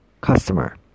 customer